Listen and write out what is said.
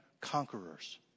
conquerors